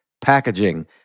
packaging